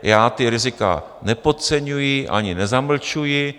Já ta rizika nepodceňuji ani nezamlčuji.